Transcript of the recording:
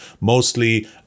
mostly